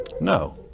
No